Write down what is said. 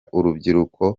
urubyiruko